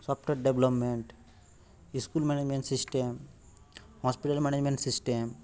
software development school management system hospital management system